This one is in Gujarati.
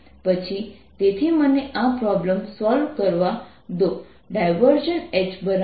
પછી તેથી મને આ પ્રોબ્લેમ સોલ્વ કરવા દો